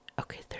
okay